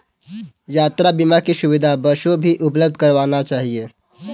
यात्रा बीमा की सुविधा बसों भी उपलब्ध करवाना चहिये